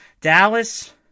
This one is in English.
Dallas